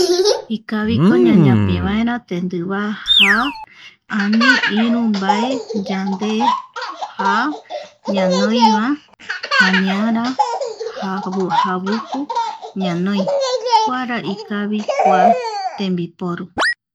Ikaviko ñañapi vaera tendiva ja ,ani iru mbae yande ja ñanoi va aniara javuku ñanoi kua tembiporu